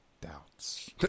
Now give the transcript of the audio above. doubts